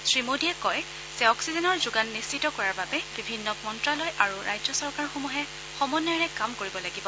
শ্ৰীমোডীয়ে কয় যে অক্সিজেনৰ যোগান নিশ্চিত কৰাৰ বাবে বিভিন্ন মন্তালয় আৰু ৰাজ্য চৰকাৰসমূহে সমন্নয়েৰে কাম কৰিব লাগিব